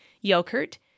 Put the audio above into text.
yogurt